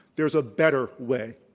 there's a better way.